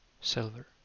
silver